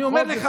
אפילו.